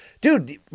dude